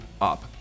up